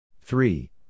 three